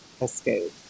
escape